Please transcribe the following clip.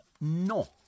no